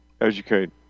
educate